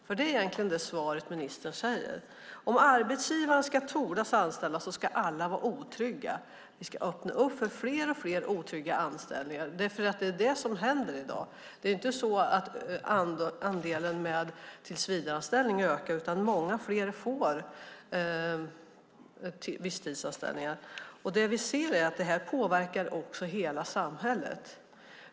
Det som ministern säger i sitt svar är egentligen att om arbetsgivaren ska våga anställa ska alla vara otrygga, att vi ska öppna för fler och fler otrygga anställningar. Det är nämligen det som händer i dag. Det är ju inte så att andelen med tillsvidareanställning ökar, utan många fler får visstidsanställningar. Det vi ser är att det påverkar hela samhället.